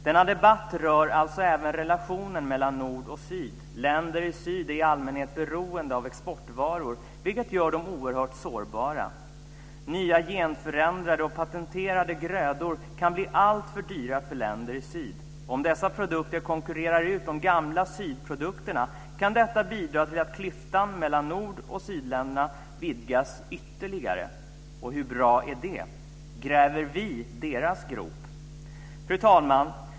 Denna debatt rör alltså även relationerna mellan nord och syd. Länder i syd är i allmänhet beroende av exportvaror, vilket gör dem oerhört sårbara. Nya genförändrade och patenterade grödor kan bli alltför dyra för länder i syd. Om dessa produkter konkurrerar ut de gamla sydprodukterna kan detta bidra till att klyftan mellan nord och sydländer vidgas ytterligare, Hur bra är det? Gräver vi deras grop? Fru talman!